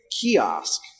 kiosk